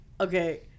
okay